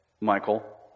Michael